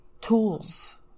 tools